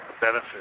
benefit